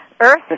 Earth